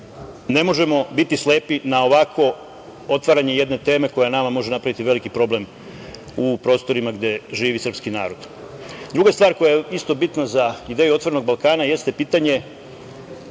ne možemo biti slepi na ovako otvaranje jedne teme, koja nama može napraviti veliki problem u prostorima gde živi srpski narod. Druga stvar, koja isto bitna za ideju otvorenog Balkana, jeste pitanje